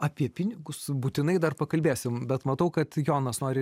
apie pinigus būtinai dar pakalbėsim bet matau kad jonas nori